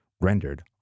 rendered